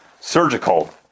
surgical